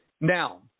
Now